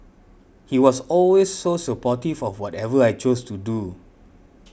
he was always so supportive of whatever I chose to do